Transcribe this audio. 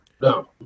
No